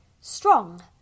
strong